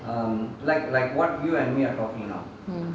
mm